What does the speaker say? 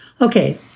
Okay